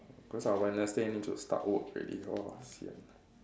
cause I Wednesday need to start work already sian